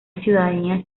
ciudadanía